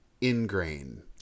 ingrain